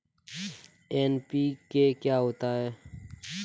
NPK क्या होता है?